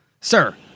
Sir